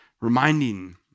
reminding